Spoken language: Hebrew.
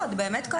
כבוד גדול.